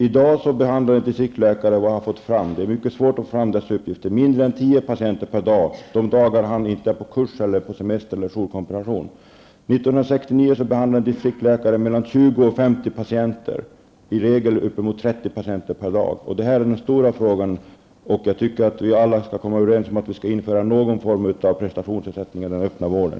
Enligt uppgifter som man har fått fram -- det är mycket svårt att få fram uppgifter -- behandlar distriktläkare mindre än tio patienter dag, och i regel upp emot 30 patienter/dag. Detta är den stora frågan, och vi borde alla komma överens om att man skall införa någon form av prestationsersättning inom den öppna vården.